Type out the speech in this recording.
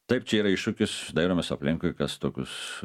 taip čia yra iššūkis dairomės aplinkui kas tokius